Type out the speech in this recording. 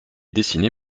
dessiné